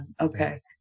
Okay